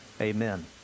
amen